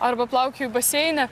arba plaukioju baseine